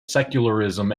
secularism